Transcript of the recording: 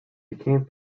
became